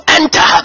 enter